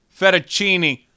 fettuccine